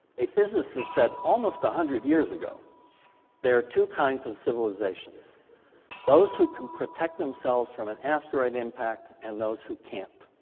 a physicist said almost one hundred years ago there are two kinds of civilizations those who can protect themselves from an asteroid impact and those who can't.